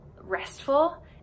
restful